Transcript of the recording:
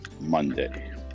Monday